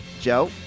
Joe